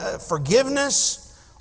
forgiveness